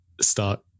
start